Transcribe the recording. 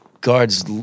guards